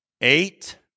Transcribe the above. eight